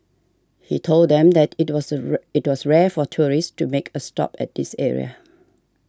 he told them that it was it was rare for tourists to make a stop at this area